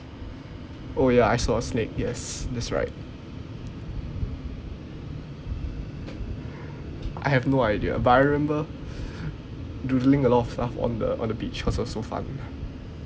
oh ya I saw a snake yes that's right I have no idea but I remember doodling a lot of stuff on the beach cause it was so fun